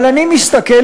אבל אני מסתכל,